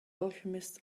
alchemist